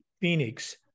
Phoenix